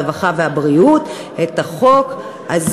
הרווחה והבריאות את החוק הזה,